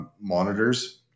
monitors